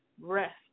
rest